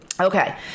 Okay